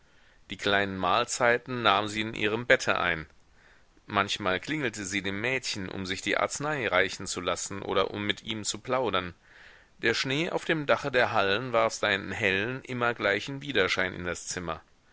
die kleinen mahlzeiten nahm sie in ihrem bett ein manchmal klingelte sie dem mädchen um sich die arznei reichen zu lassen oder um mit ihm zu plaudern der schnee auf dem dache der hallen warf seinen hellen immer gleichen widerschein in das zimmer